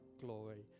glory